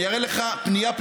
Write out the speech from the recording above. אני אראה לך פנייה-פנייה,